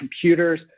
computers